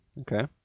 Okay